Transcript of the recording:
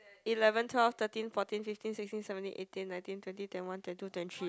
eleven twelve thirteen fourteen fifteen sixteen seventeen eighteen nineteen twenty twenty one twenty two twenty three